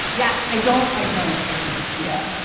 yes, i don't. i don't. i don't. yeah.